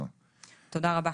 תודה רבה.